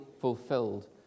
fulfilled